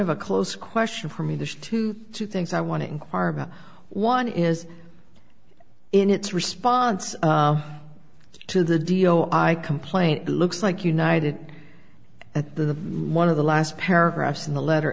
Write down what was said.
of a close question for me there's two two things i want to inquire about one is in its response to the d o i complaint it looks like united at the one of the last paragraphs in the letter